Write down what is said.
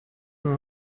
peut